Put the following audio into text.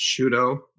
Shudo